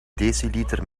deciliter